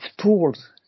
tools